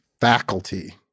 faculty